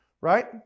right